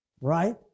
right